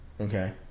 Okay